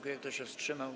Kto się wstrzymał?